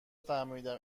فهمیدم